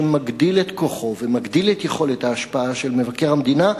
שמגדיל את כוחו ומגדיל את יכולת ההשפעה של מבקר המדינה,